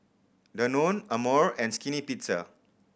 Danone Amore and Skinny Pizza